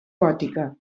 gòtica